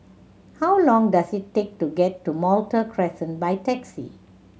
how long does it take to get to Malta Crescent by taxi